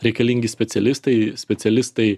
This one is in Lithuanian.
reikalingi specialistai specialistai